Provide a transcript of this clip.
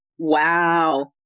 Wow